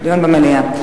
דיון במליאה.